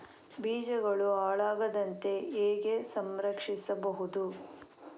ಬೀಜಗಳು ಹಾಳಾಗದಂತೆ ಹೇಗೆ ಸಂರಕ್ಷಿಸಬಹುದು?